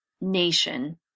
nation